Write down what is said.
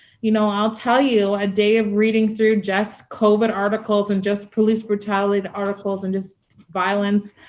you know, i'll tell you, a day of reading through just covid articles and just police brutality articles and just violence,